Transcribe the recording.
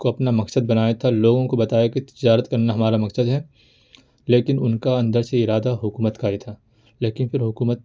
کو اپنا مقصد بنایا تھا لوگوں کو بتایا کہ تجارت کرنا ہمارا مقصد ہے لیکن ان کا اندر سے ارادہ حکومت کا ہی تھا لیکن پھر حکومت